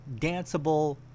danceable